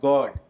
God